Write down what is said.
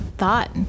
thought